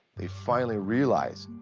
they finally realize,